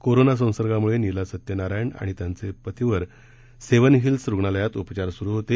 corona संसर्गामुळे नीला सत्यनारायण आणि त्यांचे पतीवर सेव्हन हिल्स् रूग्णालयात उपचार सुरू होते